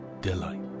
delight